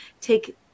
take